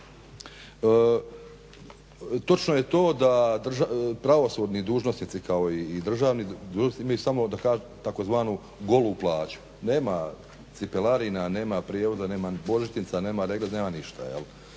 točno je to da pravosudni dužnosnici kao i državni dužnosnici imaju samo tzv. golu plaću. Nema cipelarina, nema prijevoza, nema božićnica, nema regresa, nema ništa.